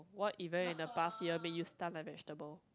what event in the past year made you stunned like a vegetable